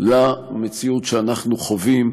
למציאות שאנחנו חווים,